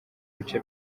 bice